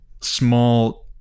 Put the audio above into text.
small